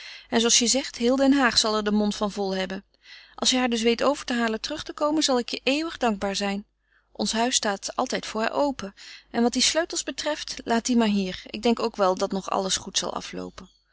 en zooals je zegt heel den haag zal er den mond vol van hebben als je haar dus weet over te halen terug te komen zal ik je eeuwig dankbaar zijn ons huis staat altijd voor haar open en wat die sleutels betreft laat die maar hier ik denk ook wel dat nog alles goed zal afloopen